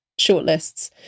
shortlists